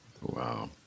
Wow